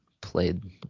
played